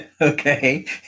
Okay